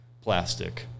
plastic